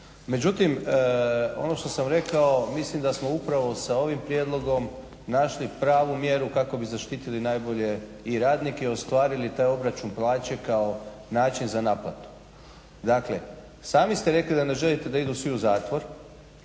Međutim ono što sam rekao, mislim da smo upravo sa ovim prijedlogom našli pravu mjeru kako bi zaštitili najbolje i radnike i ostvarili taj obračun plaće kao način za naplatu. Dakle, sami ste rekli da ne želite da idu svi u zatvor.